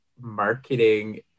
marketing